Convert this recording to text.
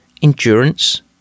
Endurance